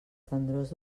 tendrors